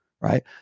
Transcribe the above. right